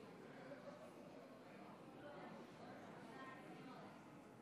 התשפ"א 2021,